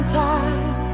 time